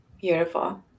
Beautiful